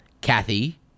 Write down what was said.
Kathy